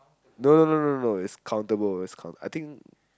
no no no no no it's countable it's count I think